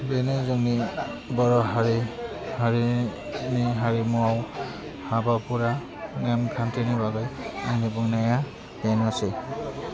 बेनो जोंनि बर' हारि हारिनि हारिमुवाव हाबाफोरनि नेमखान्थिनि बागै आंनि बुंनाया बेनोसै